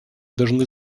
должны